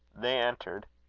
they entered.